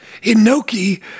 Inoki